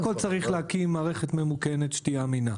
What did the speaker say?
קודם כול, צריך להקים מערכת ממוכנת שתהיה אמינה.